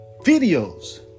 videos